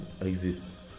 exists